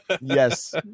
Yes